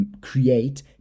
create